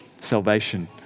salvation